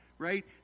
Right